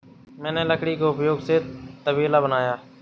मैंने लकड़ी के उपयोग से तबेला बनाया